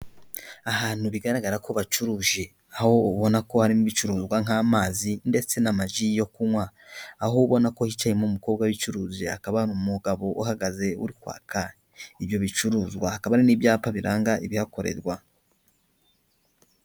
Ahantu bigaragara ko bacuruje. Aho ubona ko harimo ibicuruzwa nk'amazi ndetse n'amaji yo kunywa. Aho ubonako hicayemo umukobwa w'umucuruzi, hakaba umugabo uhagaze uri kwaka ibyo bicuruzwa, hakaba hari n'ibyapa biranga ibihakorerwa.